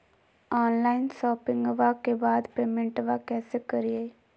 Online शोपिंग्बा के बाद पेमेंटबा कैसे करीय?